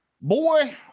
boy